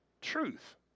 truth